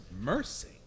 mercy